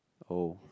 oh